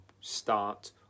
start